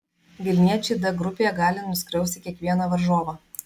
vilniečiai d grupėje gali nuskriausti kiekvieną varžovą